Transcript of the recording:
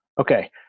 okay